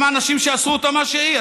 הם האנשים שעשו אותה מה שהיא.